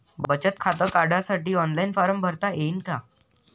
बचत खातं काढासाठी ऑफलाईन फारम भरता येईन का?